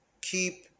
keep